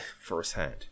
firsthand